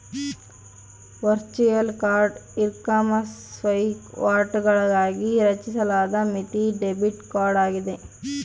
virtual card ecommerce ವಹಿವಾಟುಗಳಿಗಾಗಿ ರಚಿಸಲಾದ ಮಿತಿ ಡೆಬಿಟ್ ಕಾರ್ಡ್ ಆಗಿದೆ